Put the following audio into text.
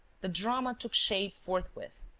the drama took shape forthwith,